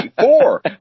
Four